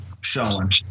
showing